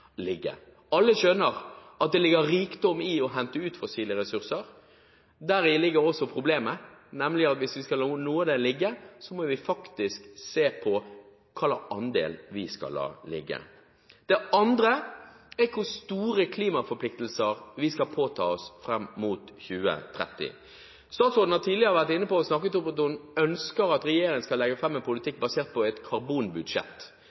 Alle skjønner at det ligger rikdom i å hente ut fossile ressurser. I det ligger også problemet, nemlig at hvis vi skal la noe av det ligge, må vi faktisk se på hva slags andel vi skal la ligge. Det andre er hvor store klimaforpliktelser vi skal påta oss fram mot 2030. Statsråden har tidligere vært inne på at hun ønsker at regjeringen skal legge fram en politikk basert på et karbonbudsjett.